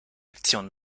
aktion